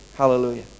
Hallelujah